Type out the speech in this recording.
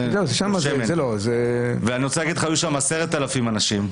היו שם 10,000 אנשים,